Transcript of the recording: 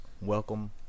Welcome